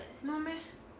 no meh